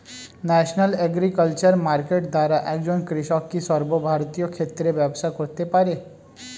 National agriculture market দ্বারা একজন কৃষক কি সর্বভারতীয় ক্ষেত্রে ব্যবসা করতে পারে?